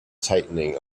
tightening